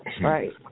Right